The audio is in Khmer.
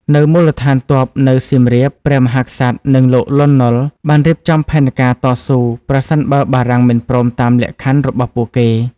នៅមូលដ្ឋានទ័ពនៅសៀមរាប ព្រះមហាក្សត្រ និងលោក លន់ ណុល បានរៀបចំផែនការតស៊ូ ប្រសិនបើបារាំងមិនព្រមតាមលក្ខខណ្ឌរបស់ពួកគេ។